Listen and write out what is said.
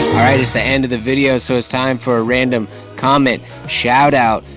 alright, it's the end of the video so it's time for a random comment shoutout.